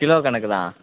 kilo கணக்கு தான்